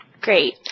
Great